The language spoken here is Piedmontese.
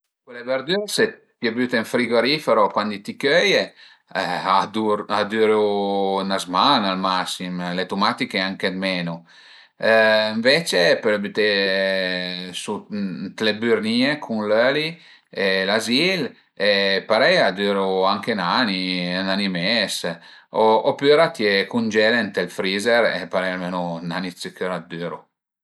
Le verdüre se t'le büte ën frigorifero cuandi t'i cöie a duru a düru 'na zman-a al massim, le tumatiche anche dë menu, ënvece për bütele ël le bürnìe cun l'öli e l'azil e parei a düru anche ün ani, ün ani e mes opüra t'ie cungele ënt ël freezer e parei almenu ün ani dë sicür a düru